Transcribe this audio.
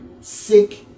sick